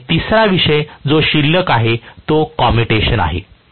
आणि तिसरा विषय जो शिल्लक आहे तो कॉम्युटेशन आहे